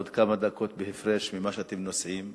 עוד כמה דקות בהפרש ממה שאתם נוסעים,